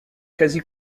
quasi